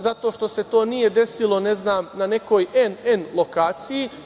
Zato što se to nije desilo na nekoj NN lokaciji.